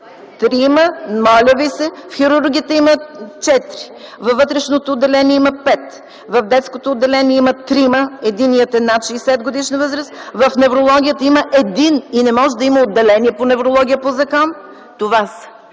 Манолова.) Моля ви се! В хирургията има четири. Във вътрешното отделение има пет. В детското отделение има трима, единият е над 60-годишна възраст. В неврологията има един и по закон не може да има отделение по неврология. Това са.